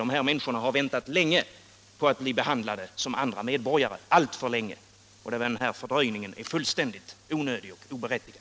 De här människorna har väntat länge på att bli behandlade som andra medborgare —- alltför länge! Fördröjningen är fullständigt onödig och oberättigad.